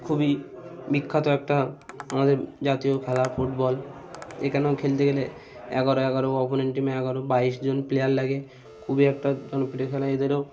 খুবই বিখ্যাত একটা আমাদের জাতীয় খেলা ফুটবল এখানেও খেলতে গেলে এগারো এগারো অপোনেন্ট টিমে এগারো বাইশ জন প্লেয়ার লাগে খুবই একটা জনপ্রিয় খেলা এদেরও